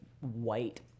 white